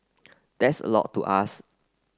that's a lot to ask